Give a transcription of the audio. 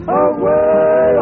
away